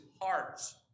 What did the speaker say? heart's